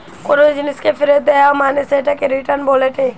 কোনো জিনিসকে ফেরত দেয়া মানে সেটাকে রিটার্ন বলেটে